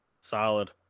solid